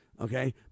okay